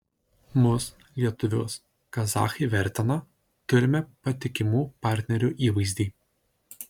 mus lietuvius kazachai vertina turime patikimų partnerių įvaizdį